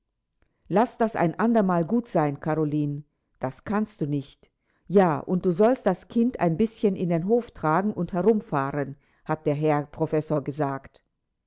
laß das ein andermal gut sein karoline das kannst du nicht ja und du sollst das kind ein bißchen in den hof tragen und herumfahren hat der herr professor gesagt